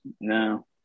no